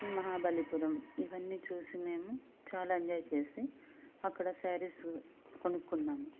మహాబలిపురం ఇవన్నీ చూసి మేము చాలా ఎంజాయ్ చేసి అక్కడ సారీస్ కొనుక్కున్నాము